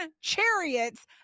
chariots